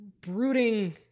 brooding